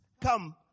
come